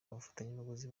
abafatabuguzi